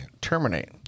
Terminate